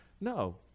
no